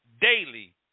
daily